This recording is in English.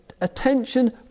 attention